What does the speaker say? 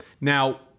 Now